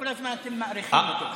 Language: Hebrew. וכל הזמן אתם מאריכים אותו.